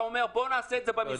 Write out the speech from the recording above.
אתה אומר: בוא נעשה את זה במסגרת,